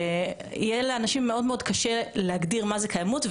ויהיה לאנשים מאוד מאוד קשה להגדיר מה זה קיימות,